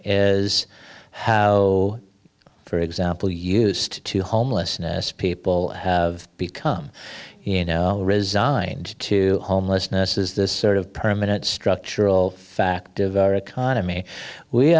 is how for example used to homelessness people have become resigned to homelessness is this sort of permanent structural fact of our economy